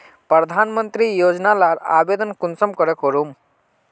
प्रधानमंत्री योजना लार आवेदन कुंसम करे करूम?